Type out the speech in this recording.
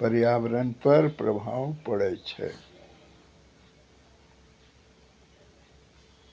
पर्यावरण पर प्रभाव पड़ै छै